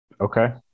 Okay